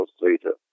later